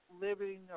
living